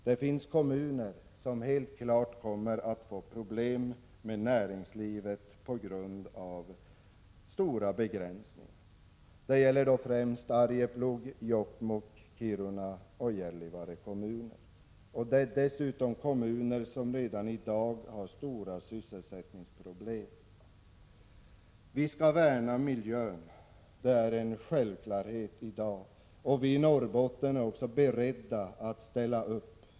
Det finns kommuner som helt klart kommer att få problem med näringslivet på grund av stora begränsningar. Det gäller främst Arjeplog, Jokkmokk, Kiruna och Gällivare kommuner. Det är kommuner som dessutom redan har stora sysselsättningsproblem. Vi skall värna miljön. Det är en självklarhet i dag. Och vi i Norrbotten är beredda att ställa upp.